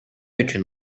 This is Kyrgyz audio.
үчүн